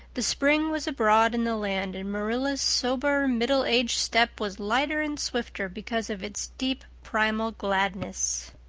the spring was abroad in the land and marilla's sober, middle-aged step was lighter and swifter because of its deep, primal gladness.